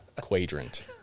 Quadrant